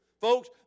Folks